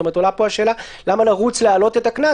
עולה פה השאלה למה לרוץ להעלות את הקנס